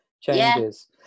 changes